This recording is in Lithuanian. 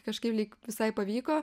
kažkaip lyg visai pavyko